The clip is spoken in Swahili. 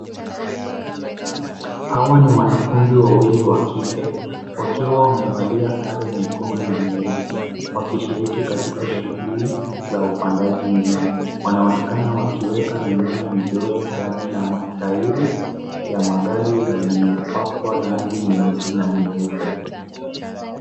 Hawa ni wanafunzi wawili wa kike, wakiwa wamevalia sare nyekundu na nyeupe, wakishiriki katika shughuli za upandaji mimea. Wanaonekana wakiweka mimea midogo ndani ya matairi ya magari yaliyopakwa rangi nyeusi na nyeupe.